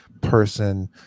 person